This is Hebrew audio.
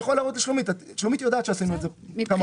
שלומית יודעת שעשינו את זה כמה פעמים.